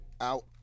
out